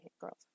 girls